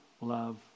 love